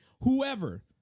Whoever